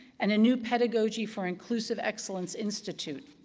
and a new pedagogy for inclusive excellence institute.